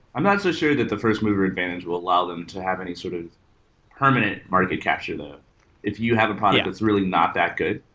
i'm not so sure that the first move or advantage will allow them to have any sort of permanent market capture though if you have a product that's really not that good.